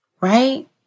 right